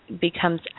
becomes